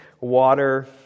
water